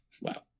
wow